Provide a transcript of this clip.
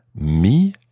mi